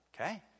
okay